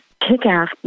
kick-ass